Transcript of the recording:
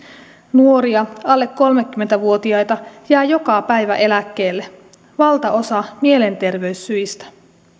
nuoria alle kolmekymmentä vuotiaita jää joka päivä eläkkeelle valtaosa mielenterveyssyistä